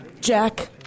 Jack